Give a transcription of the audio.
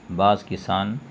بعض کسان